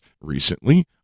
Recently